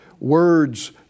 words